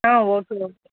ஆ okay